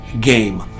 game